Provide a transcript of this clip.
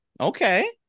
Okay